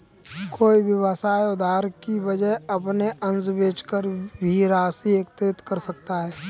कोई व्यवसाय उधार की वजह अपने अंश बेचकर भी राशि एकत्रित कर सकता है